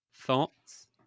Thoughts